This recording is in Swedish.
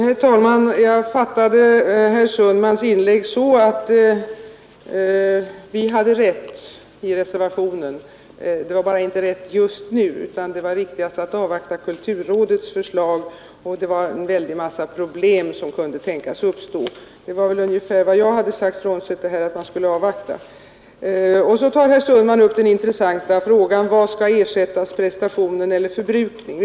Herr talman! Jag fattade herr Sundmans inlägg så, att vi reservanter hade rätt. Det var bara inte rätt just nu, utan det var riktigast att avvakta kulturrådets förslag. En väldig massa problem kunde tänkas uppstå. Det var väl ungefär vad jag hade sagt, frånsett att man skulle avvakta. Så tar herr Sundman upp den intressanta frågan: Vad skall ersättas, prestationen eller förbrukningen?